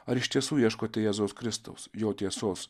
ar iš tiesų ieškote jėzaus kristaus jo tiesos